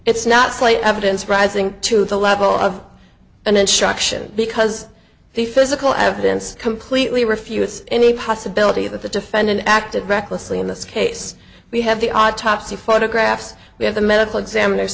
it's not slight evidence rising to the level of an instruction because the physical evidence completely refutes any possibility that the defendant acted recklessly in this case we have the autopsy photographs we have the medical examiner